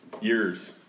years